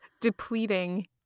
depleting